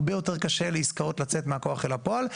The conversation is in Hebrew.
הרבה יותר קשה לעסקאות לצאת מהכוח אל הפועל.